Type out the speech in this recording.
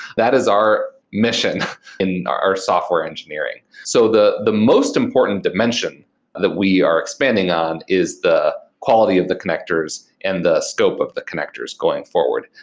that is our mission in our software engineering. so the the most important dimension that we are expanding on is the quality of the connectors and the scope of the connectors going forward.